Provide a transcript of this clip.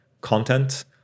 content